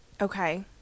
Okay